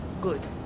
Good